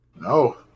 No